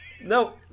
No